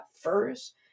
first